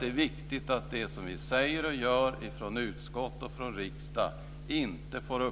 Det är viktigt att det som vi säger och gör från utskott och riksdag inte får